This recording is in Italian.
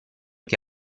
che